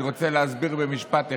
אני רוצה להסביר במשפט אחד: